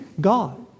God